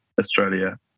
Australia